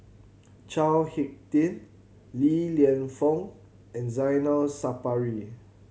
Chao Hick Tin Li Lienfung and Zainal Sapari